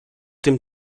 tym